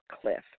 Cliff